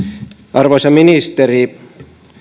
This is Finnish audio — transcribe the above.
arvoisa ministeri